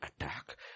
attack